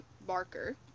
Barker